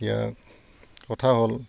এতিয়া কথা হ'ল